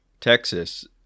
texas